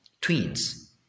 twins